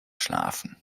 schlafen